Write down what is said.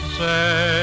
say